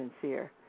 sincere